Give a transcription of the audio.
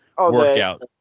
workout